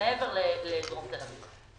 מעבר לדרום תל אביב,